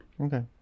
Okay